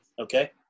Okay